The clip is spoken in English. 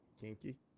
Kinky